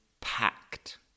packed